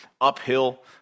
uphill